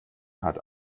hat